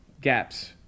gaps